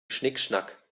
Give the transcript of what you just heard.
schnickschnack